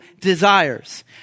desires